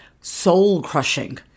soul-crushing